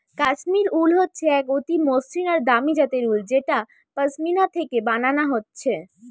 কাশ্মীর উল হচ্ছে এক অতি মসৃণ আর দামি জাতের উল যেটা পশমিনা থিকে বানানা হচ্ছে